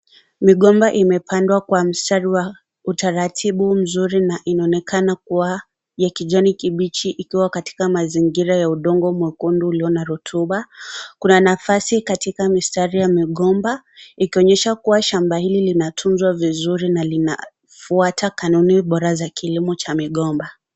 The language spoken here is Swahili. Migomba imepandwa kwa mstari wa utaratibu mzuri na inaonekana kuwa ya kijani kibichi ikiwa katika mazingira ya udongo mwekundu uliyo na rotuba . Kuna nafasi katika mistari ya migomba ikionyesha kuwa shamba hili lina linatunzwa vizuri na lina fuata kanuni Bora za kilimo cha migomba.